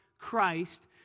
Christ